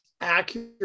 accurate